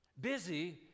busy